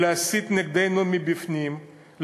להסית נגדנו מבפנים,